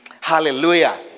Hallelujah